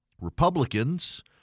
Republicans